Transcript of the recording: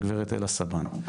הגברת אלה סבן.